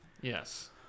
Yes